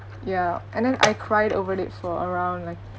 ya and then I cried over it for around like